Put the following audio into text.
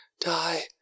Die